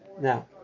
Now